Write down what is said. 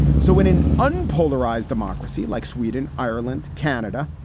so when an unpopular ryze democracy like sweden, ireland, canada,